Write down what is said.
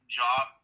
job